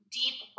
deep